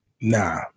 nah